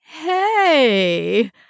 Hey